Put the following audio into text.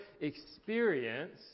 experience